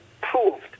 proved